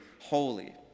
holy